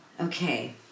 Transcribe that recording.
Okay